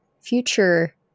future